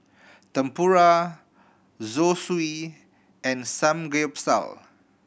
Tempura Zosui and Samgeyopsal